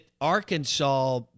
Arkansas